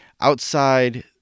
outside